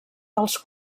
dels